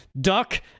duck